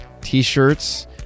t-shirts